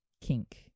kink